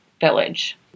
Village